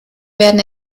werden